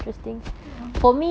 mmhmm